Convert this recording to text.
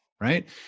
right